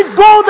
go